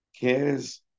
cares